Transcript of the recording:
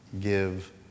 give